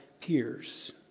peers